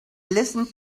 listened